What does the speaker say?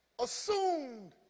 assumed